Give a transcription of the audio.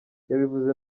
yabivuze